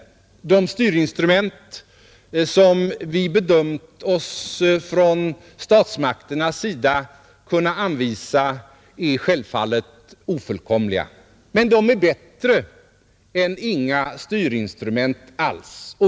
De styrinstrument som vi från statsmakternas sida bedömt oss kunna anvisa är självfallet ofullkomliga, men de är bättre än inga styrinstrument alls.